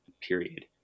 period